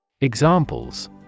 Examples